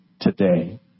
today